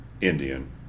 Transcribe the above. Indian